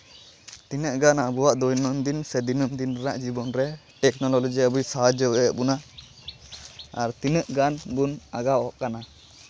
ᱛᱤᱱᱟᱹᱜ ᱜᱟᱱ ᱟᱵᱚᱣᱟᱜ ᱫᱳᱭᱱᱚᱱᱫᱤᱱ ᱥᱮ ᱫᱤᱱᱟᱹᱢ ᱫᱤᱱ ᱨᱮᱱᱟᱜ ᱡᱤᱵᱚᱱ ᱨᱮ ᱴᱮᱠᱱᱚᱞᱚᱡᱤ ᱟᱵᱳᱭ ᱥᱟᱦᱟᱡᱽᱡᱚᱭᱮᱫ ᱵᱚᱱᱟ ᱟᱨ ᱛᱤᱱᱟᱹᱜ ᱜᱟᱱ ᱵᱚᱱ ᱟᱜᱟᱣ ᱟᱠᱟᱱᱟ